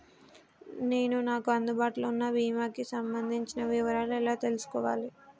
నేను నాకు అందుబాటులో ఉన్న బీమా కి సంబంధించిన వివరాలు ఎలా తెలుసుకోవాలి?